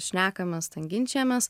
šnekamės ten ginčijamės